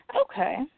Okay